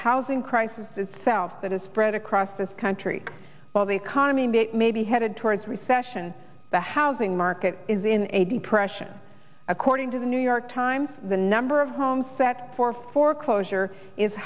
housing crisis itself that is spread across this country while the economy that may be headed toward recession the housing market is in a depression according to the new york times the number of homes set for foreclosure is